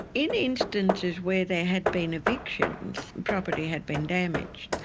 in instances where there had been evictions, property had been damaged.